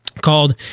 called